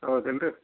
ಹೌದಲ್ಲ ರೀ